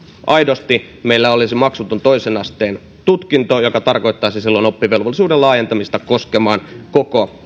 meillä olisi aidosti maksuton toisen asteen tutkinto mikä tarkoittaisi silloin oppivelvollisuuden laajentamista koskemaan koko